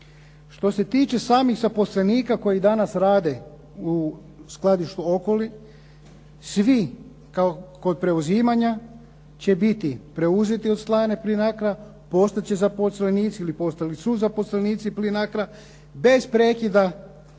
Što se tiče samih zaposlenika koji danas rade u skladištu Okoli, svi kod preuzimanja će biti preuzeti od strane Plinacroa, postati će zaposlenici ili postali su zaposlenici Plinacroa bez prekida